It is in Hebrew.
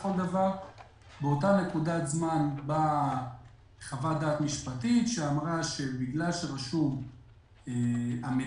באותו זמן הגיעה חוות דעת משפטית שאמרה שבגלל שרשות המדינה